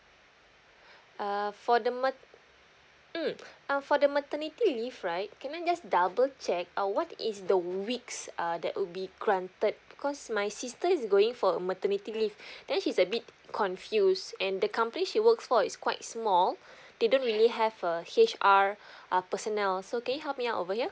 err for the ma~ mm uh for the maternity leave right can I just double check uh what is the weeks uh that will be granted cause my sister is going for maternity leave then she's a bit confused and the company she works for is quite small they don't really have a H_R uh personnel so can you help me out over here